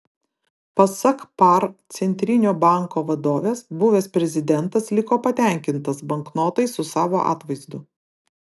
pasak par centrinio banko vadovės buvęs prezidentas liko patenkintas banknotais su savo atvaizdu